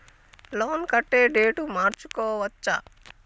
Loan కట్టే date మార్చుకోవచ్చా?